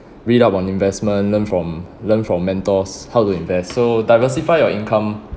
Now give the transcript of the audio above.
read up on investment learn from learn from mentors how to invest so diversify your income